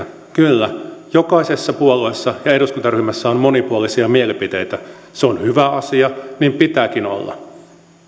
kyllä jokaisessa puolueessa ja eduskuntaryhmässä on monipuolisia mielipiteitä se on hyvä asia niin pitääkin olla